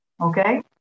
Okay